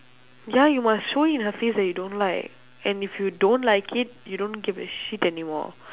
ya you must show it in her face that you don't like and if you don't like it you don't give a shit anymore